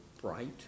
bright